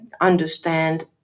understand